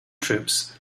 troops